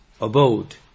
abode